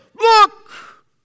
Look